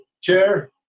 chair